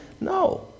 no